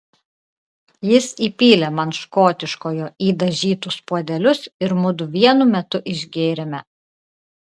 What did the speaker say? jis įpylė man škotiškojo į dažytus puodelius ir mudu vienu metu išgėrėme